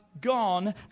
gone